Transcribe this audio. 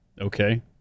okay